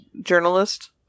journalist